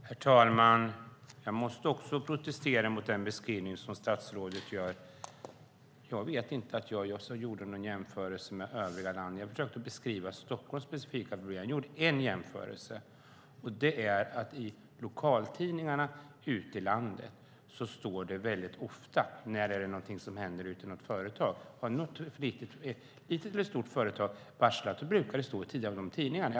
Herr talman! Jag måste också protestera mot den beskrivning som statsrådet gör. Jag vet inte att jag gjorde någon jämförelse med övriga landet. Jag försökte beskriva Stockholms specifika problem. Jag gjorde en jämförelse. Det handlar om att det i lokaltidningarna ute i landet ofta står när det händer någonting i något företag. Har ett litet eller stort företag varslat brukar det stå i tidningarna.